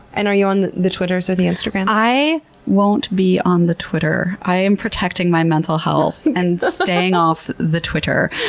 and are you on the the twitters or the instagrams? i won't be on the twitter. i am protecting my mental health and staying off the twitter,